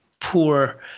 poor